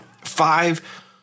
five